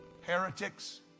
heretics